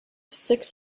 six